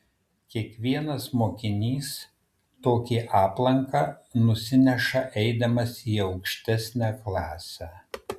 kiekvienas mokinys tokį aplanką nusineša eidamas į aukštesnę klasę